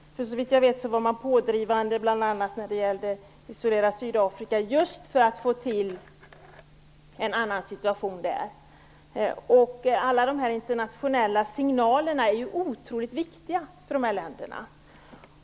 Såvitt jag vet var de pådrivande bl.a. när det gällde att isolera Sydafrika, just för att få till stånd en annan situation där. Alla de här internationella signalerna är ju otroligt viktiga för de här länderna.